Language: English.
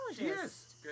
Yes